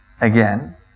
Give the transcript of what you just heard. Again